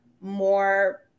more